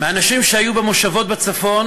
האנשים שהיו במושבות בצפון